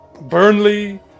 Burnley